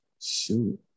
Shoot